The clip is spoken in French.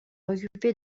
occuper